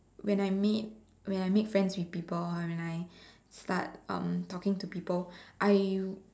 when I make when I make friends with people or when I start talking to people I